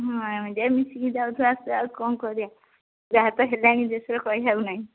ହଁ ଯେ ମିଶିକି ଯାଉଛୁ ଆସୁଛୁ ଆଉ କଣ କରିବା ଯାହା ତ ହେଲାଣି ଦେଶରେ କହି ହଉନାହିଁ